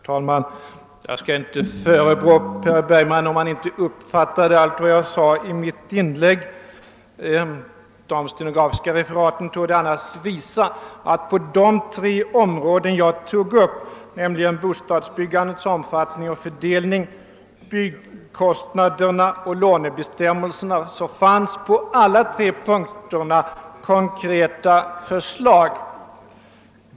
Herr talman! Jag skall inte förebrå herr Bergman om han inte uppfattade allt vad jag sade i mitt inlägg. De stenografiska referaten torde annars visa att jag hade konkreta förslag på alla de tre områden jag tog upp, nämligen bostadsbyggandets omfattning och fördelning, byggkostnaderna och lånebestämmelserna.